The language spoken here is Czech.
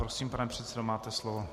Prosím, pane předsedo, máte slovo.